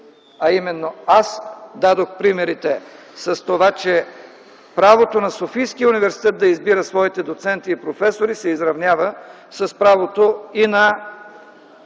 (именно аз дадох примерите с това, че правото на Софийския университет да избира своите доценти и професори се изравнява с правото и на